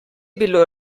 bilo